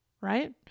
right